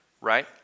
right